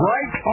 Right